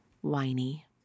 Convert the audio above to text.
Whiny